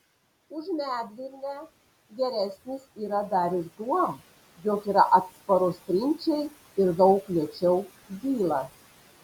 už medvilnę geresnis yra dar ir tuom jog yra atsparus trinčiai ir daug lėčiau dyla